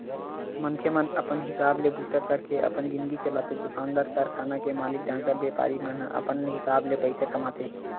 मनखे मन अपन हिसाब ले बूता करके अपन जिनगी चलाथे दुकानदार, कारखाना के मालिक, डॉक्टर, बेपारी मन अपन हिसाब ले पइसा कमाथे